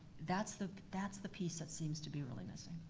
that's the that's the piece that seems to be really missing.